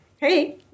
Hey